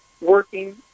working